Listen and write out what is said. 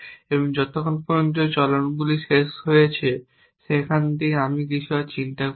এবং যতক্ষণ পর্যন্ত চলনগুলি শেষ হয়েছে সেখান থেকে আমরা চিন্তা করিনি